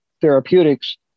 therapeutics